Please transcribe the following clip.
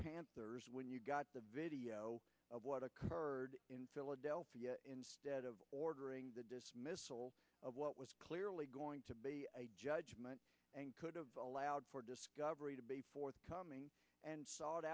panthers when you got the video of what occurred in philadelphia instead of ordering the dismissal of what was clearly going to be a judgment and could have allowed for discovery to be forthcoming and s